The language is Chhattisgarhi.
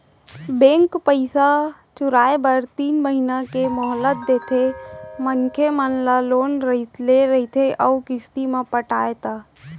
बेंक पइसा चुकाए बर तीन महिना के मोहलत देथे मनसे ला लोन ले रहिथे अउ किस्ती ल पटाय ता